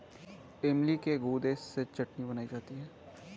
इमली के गुदे से चटनी बनाई जाती है